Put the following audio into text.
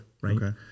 right